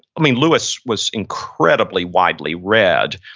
i mean, lewis was incredibly widely read,